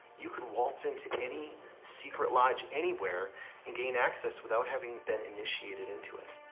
you could waltz into any secret lodge anywhere and gain access without having been initiated into it.